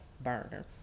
burner